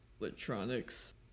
electronics